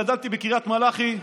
גדלתי בקריית מלאכי.